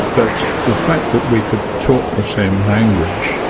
but the fact that we could talk the same language,